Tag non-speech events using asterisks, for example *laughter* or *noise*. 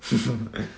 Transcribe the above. *laughs*